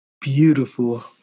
beautiful